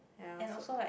ya so